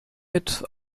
mit